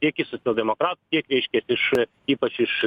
tiek iš socialdemokratų tiek reiškias iš ypač iš